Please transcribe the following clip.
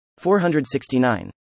469